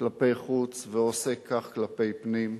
כלפי חוץ ועושה כך כלפי פנים,